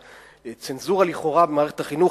והצנזורה לכאורה במערכת החינוך,